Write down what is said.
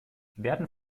werden